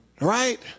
right